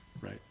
Right